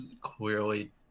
clearly